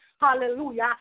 hallelujah